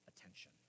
attention